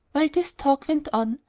while this talk went on,